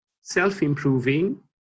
self-improving